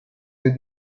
yeux